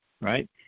right